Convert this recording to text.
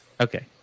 Okay